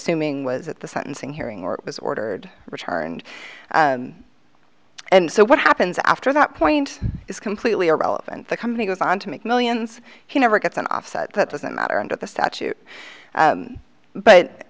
assuming was at the sentencing hearing or was ordered returned and so what happens after that point is completely irrelevant the company goes on to make millions he never gets an offset that doesn't matter under the statute